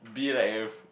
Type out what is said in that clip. be like a